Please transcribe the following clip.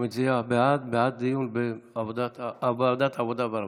מי שמצביע בעד, בעד דיון בוועדת העבודה והרווחה.